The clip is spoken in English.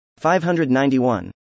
591